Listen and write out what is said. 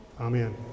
Amen